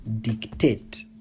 dictate